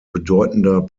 bedeutender